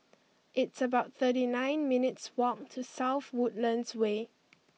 it's about thirty nine minutes' walk to South Woodlands Way